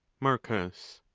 marcus.